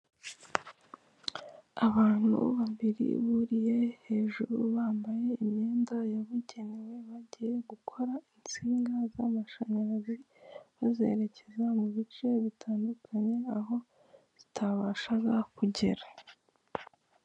Abantu babiri buriye hejuru bambaye imyenda yabugenewe bagiye gukora insinga z'amashanyarazi bazerekeza mu bice bitandukanye aho zitabashaga kugera.